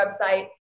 website